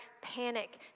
panic